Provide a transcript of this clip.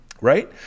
Right